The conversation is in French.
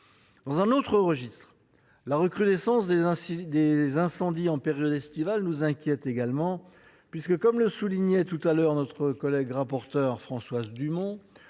Dans un autre registre, la recrudescence des incendies en période estivale nous inquiète également, puisque, comme le soulignait notre collègue rapporteure pour avis Françoise Dumont